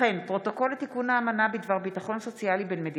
כמו כן הונח פרוטוקול לתיקון האמנה בדבר ביטחון